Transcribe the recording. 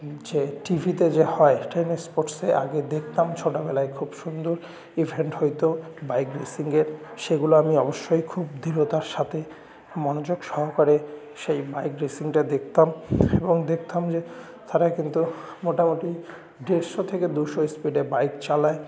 যে টি ভিতে যে হয় টেন স্পোর্টসে আগে দেখতাম ছোটোবেলায় খুব সুন্দর ইভেন্ট হত বাইক রেসিং এর সেগুলো আমি অবশ্যই খুব দৃঢ়তার সাতে মনোযোগ সহকারে সেই বাইক রেসিংটা দেকতাম এবং দেখতাম যে তারা কিন্তু মোটামোটি দেড়শো থেকে দুশো স্পিডে বাইক চালায়